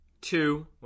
two